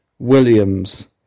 Williams